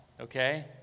okay